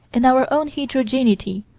in our own heterogeneity,